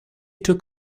took